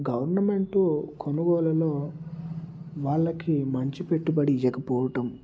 government కొనుగోలలో వాళ్ళకి మంచి పెట్టుబడి ఇవ్వక పోవటం